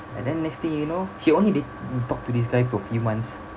and then next thing you know she only did talk to this guy for few months